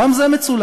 גם זה מצולם,